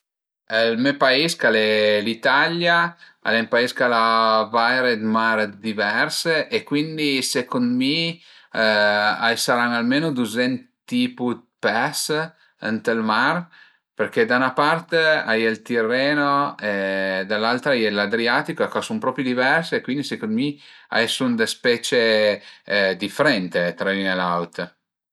Ël me pais ch'al e l'Italia al e ün pais ch'al a vaire d'mar divers e cuindi secund mi a i saran almenu duzent tipu d'pes ënt ël mar perché da 'na part a ie ël Tirreno e dall'altra a ie l'Adriatico ch'a sun propi diversi e cuindi secund mi a i sun dë specie difrente tra ün e l'aut